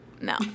No